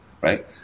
Right